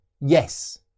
Yes